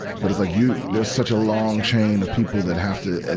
but it's like you, there's such a long chain of people that have to,